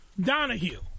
Donahue